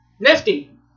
Nifty